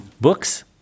Books